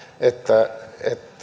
että